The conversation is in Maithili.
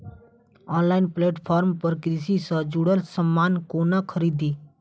ऑनलाइन प्लेटफार्म पर कृषि सँ जुड़ल समान कोना खरीदी?